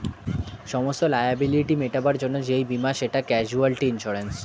সমস্ত লায়াবিলিটি মেটাবার জন্যে যেই বীমা সেটা ক্যাজুয়ালটি ইন্সুরেন্স